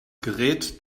gerät